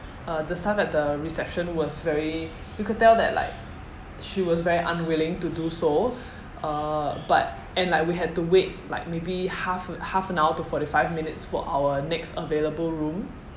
uh the staff at the reception was very you could tell that like she was very unwilling to do so uh but and like we had to wait like maybe half a half an hour to forty five minutes for our next available room